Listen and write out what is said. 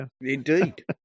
Indeed